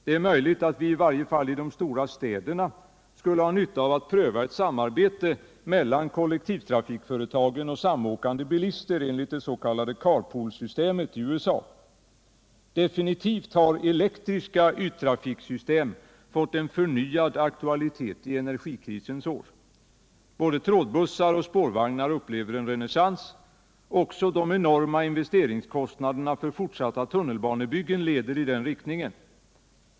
Det är möjligt att vi i varje fall i de stora städerna skulle ha nytta av att pröva ett samarbete mellan kollektivtrafikföretagen och samåkande bilister enligt det s.k. carpoolsystemet i USA. Definitivt har elektriska yttrafiksystem fått en förnyad aktualitet i energikrisens år. Både trådbussar och spårvagnar upplever en renässans. Också de enorma investeringskostnaderna för fortsatta tunnelbanebyggen leder i den riktningen.